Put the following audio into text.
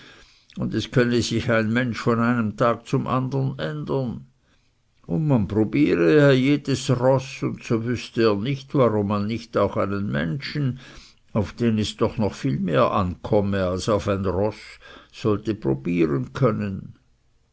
und es könne sich ein mensch von einem tag zum andern ändern und man probiere ja jedes roß und so wüßte er nicht warum man nicht auch einen menschen auf den es doch noch viel mehr ankomme als auf ein roß sollte probieren können